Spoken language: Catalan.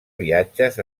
viatges